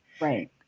Right